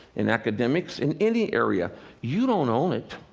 in academics, in any area you don't own it.